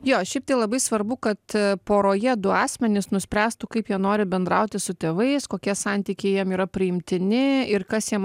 jo šiaip tai labai svarbu kad poroje du asmenys nuspręstų kaip jie nori bendrauti su tėvais kokie santykiai jiem yra priimtini ir kas jiem